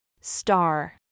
Star